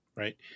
Right